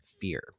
fear